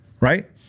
right